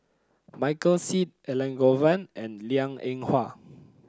Michael Seet Elangovan and Liang Eng Hwa